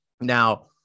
Now